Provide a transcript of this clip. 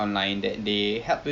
you rasa